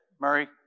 Murray